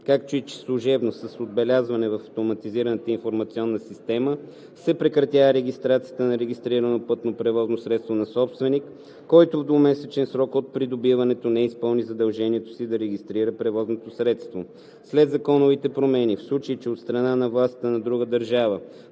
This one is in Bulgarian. както и че служебно, с отбелязване в автоматизираната информационна система, се прекратява регистрацията на регистрирано пътно превозно средство на собственик, който в двумесечен срок от придобиването не изпълни задължението си да регистрира превозното средство. След законовите промени, в случай че от страна на властите на друга държава